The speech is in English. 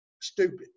stupid